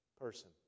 person